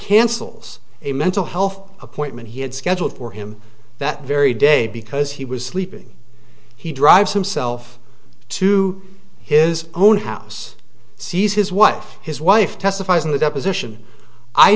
cancels a mental health appointment he had scheduled for him that very day because he was sleeping he drives himself to his own house sees his wife his wife testifies in the deposition i